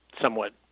somewhat